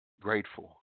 grateful